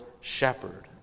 shepherd